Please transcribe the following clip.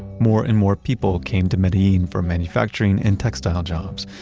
more and more people came to medellin for manufacturing and textile jobs.